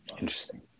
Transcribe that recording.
interesting